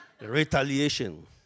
retaliation